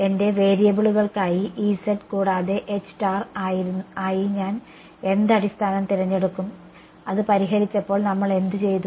എന്റെ വേരിയബിളുകൾക്കായി കൂടാതെ ആയി ഞാൻ എന്ത് അടിസ്ഥാനം തിരഞ്ഞെടുക്കും അത് പരിഹരിച്ചപ്പോൾ നമ്മൾ എന്ത് ചെയ്തു